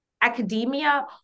academia